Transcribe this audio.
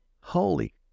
Holy